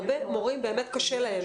הרבה מורים באמת קשה להם.